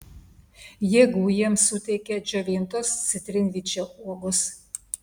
jėgų jiems suteikia džiovintos citrinvyčio uogos